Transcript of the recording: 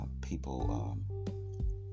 people